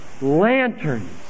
lanterns